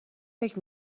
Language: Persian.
فکر